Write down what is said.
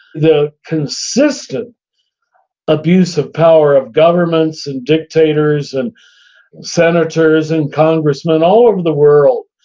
the consistent abuse of power of governments and dictators and senators and congressmen all over the world,